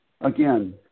again